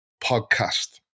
podcast